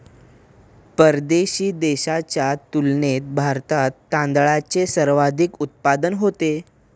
परदेशी देशांच्या तुलनेत भारतात तांदळाचे सर्वाधिक उत्पादन होते